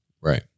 Right